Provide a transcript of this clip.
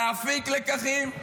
להפיק לקחים,